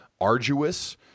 arduous